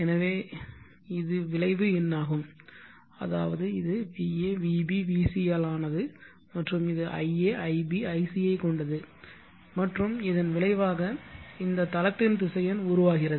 எனவே இது விளைவு எண்ணாகும் அதாவது இது va vb vc ஆல் ஆனது மற்றும் இது ia ib ic ஐக் கொண்டது மற்றும் இதன் விளைவாக இந்த தளத்தின்திசையன் உருவாகிறது